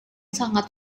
sangat